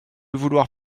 vouloir